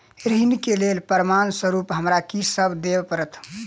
ऋण केँ लेल प्रमाण स्वरूप हमरा की सब देब पड़तय?